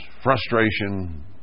frustration